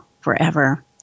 forever